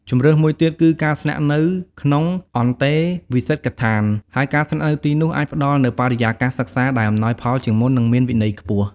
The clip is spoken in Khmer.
ជម្រើសមួយទៀតគឺជាការស្នាក់នៅក្នុងអន្តេវាសិកដ្ឋាន ហើយការស្នាក់នៅទីនោះអាចផ្តល់នូវបរិយាកាសសិក្សាដែលអំណោយផលជាងមុន និងមានវិន័យខ្ពស់។